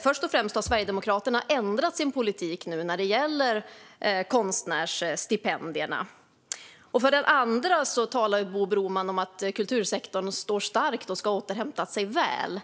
första undrar jag: Har Sverigedemokraterna ändrat sin politik när det gäller konstnärsstipendier? För det andra talar Bo Broman om att kultursektorn står stark och har återhämtat sig väl.